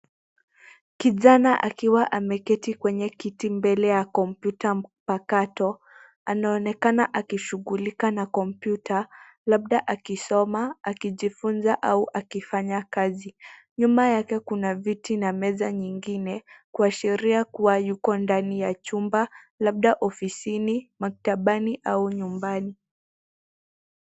Kijana akiwa ameketi kwenye kiti mbele ya kompyuta mpakato anaonekana akishughulika na kompyuta labda akisoma, akijifunza au akifanya kazi. Nyuma yake kuna viti na meza nyingine kuashiria kuwa yuko ndani ya chumba, labda ofisini, maktabani au nyumbani.